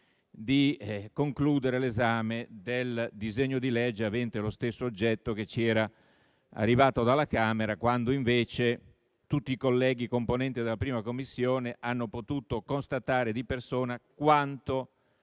di concludere l'esame del provvedimento avente lo stesso oggetto che ci era arrivato dalla Camera, quando invece tutti i colleghi componenti della 1a Commissione hanno potuto constatare di persona quanto